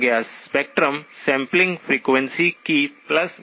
इसलिए शिफ्ट किया गया स्पेक्ट्रम सैंपलिंग फ्रीक्वेंसी की 4000 होगा